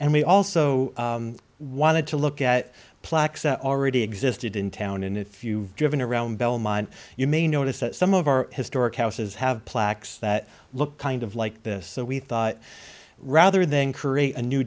and we also wanted to look at plaxo already existed in town and if you driven around belmont you may notice that some of our historic houses have plaques that look kind of like this so we thought rather than create a new